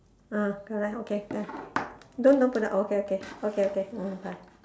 ah correct okay done don't don't put down okay okay okay okay mm bye